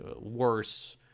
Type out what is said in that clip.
worse